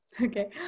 Okay